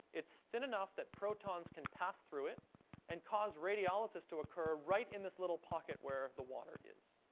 it's thin enough that protons can pass through it and cause radiolysis to occur right in this little pocket where the water is.